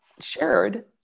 shared